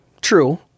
True